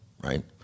right